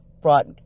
brought